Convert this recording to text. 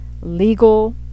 legal